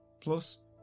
Plus